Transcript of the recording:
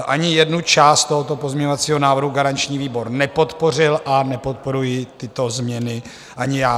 Ani jednu část tohoto pozměňovacího návrhu garanční výbor nepodpořil a nepodporuji tyto změny ani já.